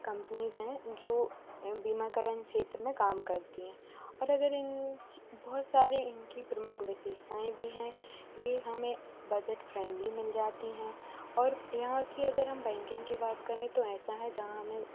companies हैं जो बीमाकरण क्षेत्र में काम करती हैं और अगर इन बहुत सारे इनकी प्रमुख विशेषताएँ भी हैं ये हमें बजट फ्रेंडली मिल जाती हैं और यहाँ की अगर हम बैंकिंग की बात करें तो ऐंसा हैं जहाँ हमें